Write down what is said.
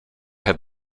have